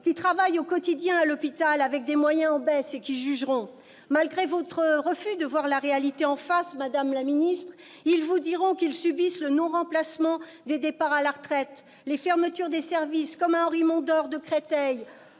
qui travaillent au quotidien à l'hôpital avec des moyens en baisse ; ils jugeront ! Malgré votre refus de voir la réalité en face, madame la ministre, ils vous diront qu'ils subissent le non-remplacement des départs à la retraite et les fermetures des services. Ainsi, au CHU Henri-Mondor de Créteil,